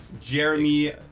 Jeremy